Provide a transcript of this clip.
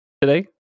today